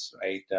right